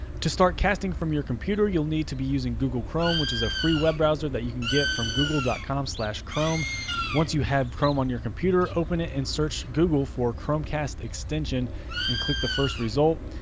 to start casting from your computer you'll need to be using google chrome which is a free web browser that you can get from google dot com slash chrome once you have chrome on your computer open it and search google for chromecast extension and click the first result.